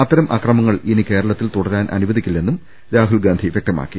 അത്തരം അക്രമങ്ങൾ ഇനി കേരളത്തിൽ തുടരാൻ അനു വദിക്കില്ലെന്നും രാഹുൽ ഗാന്ധി വൃക്തമാക്കി